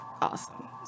Awesome